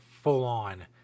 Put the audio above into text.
full-on